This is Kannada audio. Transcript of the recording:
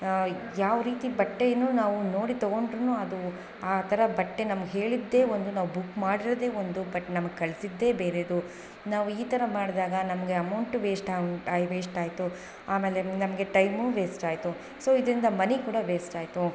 ಯಾವ ರೀತಿ ಬಟ್ಟೆ ನಾವು ನೋಡಿ ತಗೊಂಡ್ರು ಅದು ಆ ಥರ ಬಟ್ಟೆ ನಮ್ಗೆ ಹೇಳಿದ್ದೇ ಒಂದು ನಾವು ಬುಕ್ ಮಾಡಿರೊದೆ ಒಂದು ಬಟ್ ನಮ್ಗೆ ಕಳಿಸಿದ್ದೇ ಬೇರೆದು ನಾವು ಈ ಥರ ಮಾಡಿದಾಗ ನಮಗೆ ಅಮೌಂಟ್ ವೇಶ್ಟ್ ಆಯ್ತ್ ವೇಶ್ಟ್ ಆಯಿತು ಆಮೇಲೆ ನಮಗೆ ಟೈಮೂ ವೇಸ್ಟ್ ಆಯಿತು ಸೊ ಇದರಿಂದ ಮನಿ ಕೂಡ ವೇಸ್ಟ್ ಆಯಿತು